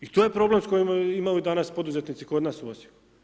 I to je problem s kojim imaju danas poduzetnici kod nas u Osijeku.